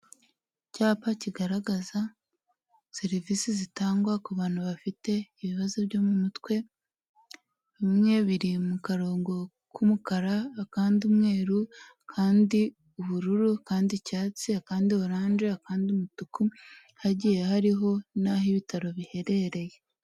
Icyapa kigaragaza serivisi zitangwa ku bantu bafite ibibazo byo mu mutwe, bimwe biri mu karongo k'umukara akandi umweru, akandi ubururu, akandi icyatsi, akandi oranje, akandi umutuku hagiye hariho n'aho ibitaro biherereye.